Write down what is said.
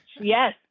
Yes